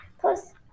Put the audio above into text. plus